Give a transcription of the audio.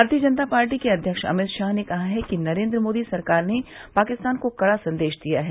भारतीय जनता पार्टी के अध्यक्ष अमित शाह ने कहा है कि नरेन्द्र मोदी सरकार ने पाकिस्तान को कड़ा संदेश दिया है